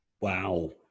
Wow